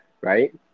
right